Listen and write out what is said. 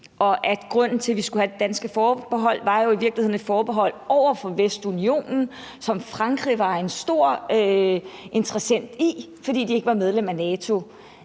Grunden til, at vi skulle have det danske forbehold, var jo i virkeligheden, at det var et forbehold over for Vestunionen, som Frankrig var en stor interessent i, fordi de ikke var medlem af NATO.